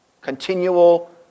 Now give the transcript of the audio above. Continual